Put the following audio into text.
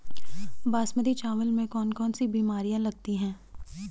बासमती चावल में कौन कौन सी बीमारियां लगती हैं?